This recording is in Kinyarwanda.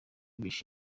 bishimye